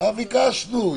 מה ביקשנו?